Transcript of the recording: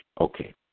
okay